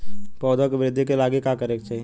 पौधों की वृद्धि के लागी का करे के चाहीं?